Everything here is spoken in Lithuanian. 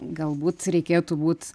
galbūt reikėtų būt